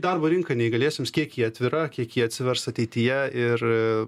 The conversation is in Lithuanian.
darbo rinką neįgaliesiems kiek ji atvira kiek ji atsivers ateityje ir